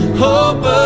hope